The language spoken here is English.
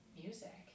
music